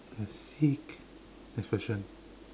you are sick next question